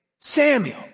Samuel